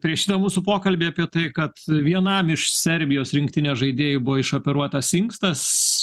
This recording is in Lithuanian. prieš šitą mūsų pokalbį apie tai kad vienam iš serbijos rinktinės žaidėjų buvo išoperuotas inkstas